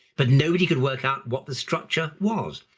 but nobody could work out what the structure was.